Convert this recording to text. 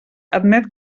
admet